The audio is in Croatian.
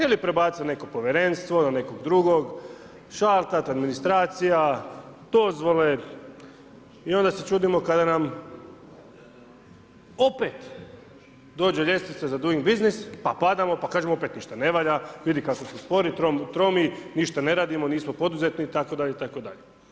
Ili prebacit u neko povjerenstvo ili na nekog drugog, šalta te administracija, dozvole i onda se čudimo kada nam opet dođe ljestvica za doing buissines pa padamo, pa kažemo opet ništa ne valja, vidi kako su spori, tromi, ništa ne radimo, nismo poduzetni itd., itd.